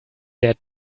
der